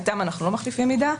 איתם אנחנו לא מחליפים מידע.